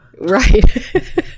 Right